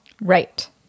Right